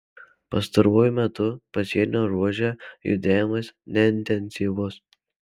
pastaruoju metu pasienio ruože judėjimas neintensyvus